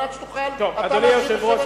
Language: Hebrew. על מנת שתוכל אתה להשיב בשם הממשלה.